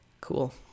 Cool